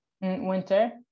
Winter